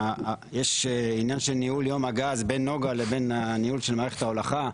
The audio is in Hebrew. יש עניין של ניהול יום הגז בין נגה לבין הניהול של מערכת ההולכה,